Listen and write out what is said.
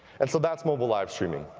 and so that's mobile live streaming.